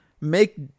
make